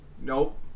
nope